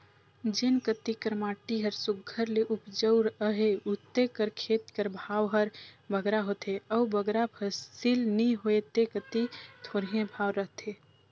जेन कती कर माटी हर सुग्घर ले उपजउ अहे उते कर खेत कर भाव हर बगरा होथे अउ बगरा फसिल नी होए ते कती थोरहें भाव रहथे